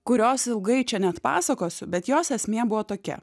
kurios ilgai čia neatpasakosiu bet jos esmė buvo tokia